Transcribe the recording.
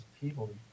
people